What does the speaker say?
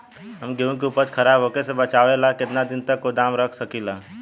हम गेहूं के उपज खराब होखे से बचाव ला केतना दिन तक गोदाम रख सकी ला?